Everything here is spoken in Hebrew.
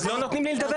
אז לא נותנים לי לדבר.